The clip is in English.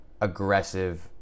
aggressive